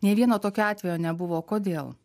nė vieno tokio atvejo nebuvo kodėl